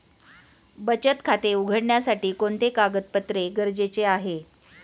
बचत खाते उघडण्यासाठी कोणते कागदपत्रे गरजेचे आहे?